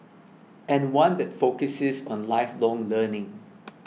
and one that focuses on lifelong learning